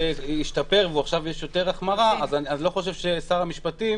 השתפר ועכשיו יש יותר החמרה אז אני לא חושב ששר המשפטים,